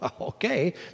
Okay